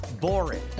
boring